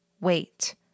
wait